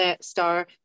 star